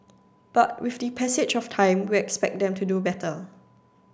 but with the passage of time we expect them to do better